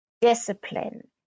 discipline